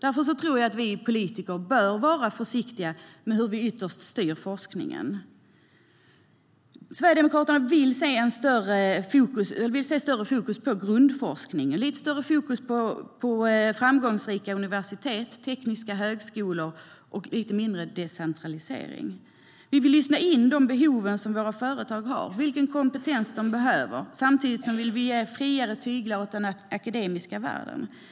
Därför bör vi politiker vara försiktiga med hur vi ytterst styr forskningen. Vi vill lyssna in vilka behov våra företag har och vilken kompetens de behöver. Samtidigt vill vi ge den akademiska världen friare tyglar.